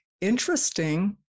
interesting